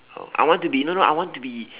oh I want to be no no I want to be